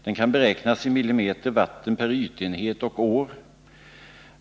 Denna kan beräknas i mm vatten per ytenhet och år.